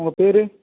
உங்கள் பேர்